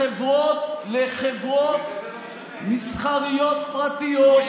לחברות מסחריות פרטיות,